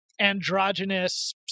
androgynous